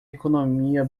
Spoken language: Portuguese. economia